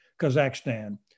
Kazakhstan